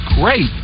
great